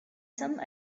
some